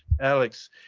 alex